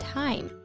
time